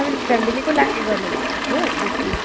तपाईँले फ्यामिलीको लागि गर्नुभएको थियो बुकिङ